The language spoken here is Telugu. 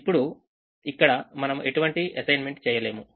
ఇప్పుడు ఇక్కడ మనం ఎటువంటి అసైన్మెంట్ చేయలేము